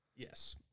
Yes